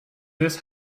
this